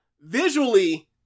Visually